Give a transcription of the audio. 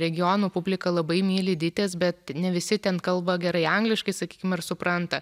regionų publika labai myli dites bet ne visi ten kalba gerai angliškai sakykim ar supranta